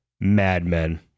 Madmen